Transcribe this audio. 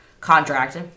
contract